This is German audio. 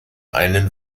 einen